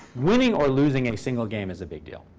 winning or losing a single game is a big deal.